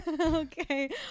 okay